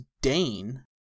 Dane